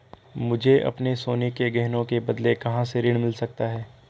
मुझे अपने सोने के गहनों के बदले कहां से ऋण मिल सकता है?